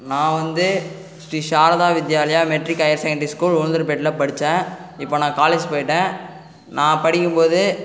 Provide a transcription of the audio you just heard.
நான் வந்து Sri Sarada Vidyalaya matric higher secondary school உளுந்தூர்பெட்டில் படித்தேன் இப்போ நான் காலேஜ் போய்விட்டேன் நான் படிக்கும் போது